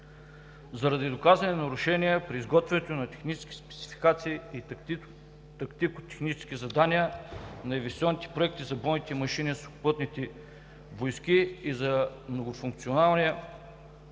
заради доказани нарушения при изготвянето на технически спецификации и тактико-технически задания на инвестиционните проекти за бойните машини и Сухопътните войски и за многофункционалния